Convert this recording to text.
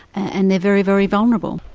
and they're very, very vulnerable.